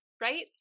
Right